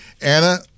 Anna